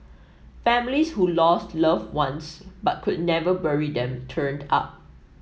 families who lost loved ones but could never bury them turned up